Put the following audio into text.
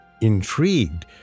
Intrigued